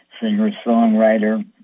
singer-songwriter